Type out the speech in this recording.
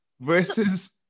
versus